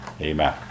Amen